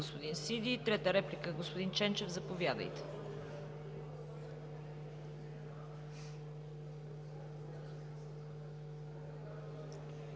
господин Сиди. Трета реплика – господин Ченчев, заповядайте.